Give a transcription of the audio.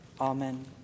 Amen